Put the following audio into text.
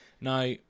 Now